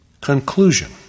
Conclusion